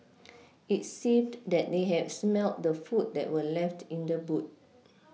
it seemed that they had smelt the food that were left in the boot